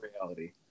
reality